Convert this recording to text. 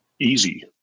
easy